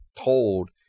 told